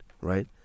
right